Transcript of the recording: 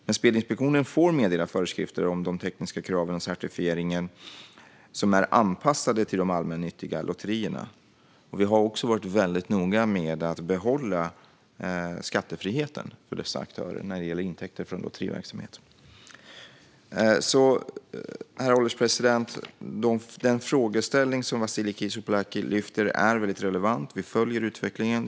Men Spelinspektionen får meddela föreskrifter om de tekniska kraven och certifieringen som är anpassade till de allmännyttiga lotterierna. Vi har också varit väldigt noga med att behålla skattefriheten för dessa aktörer när det gäller intäkter från lotteriverksamhet. Herr ålderspresident! Den frågeställning som Vasiliki Tsouplaki lyfter fram är väldigt relevant. Vi följer utvecklingen.